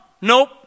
Nope